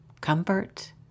Comfort